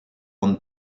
von